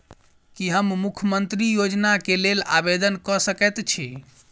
की हम मुख्यमंत्री योजना केँ लेल आवेदन कऽ सकैत छी?